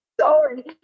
sorry